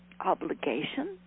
obligation